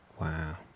Wow